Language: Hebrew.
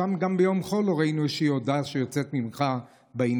שם גם ביום חול לא ראינו איזושהי הודעה שיוצאת ממך בעניין.